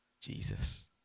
Jesus